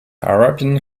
arabian